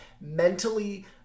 mentally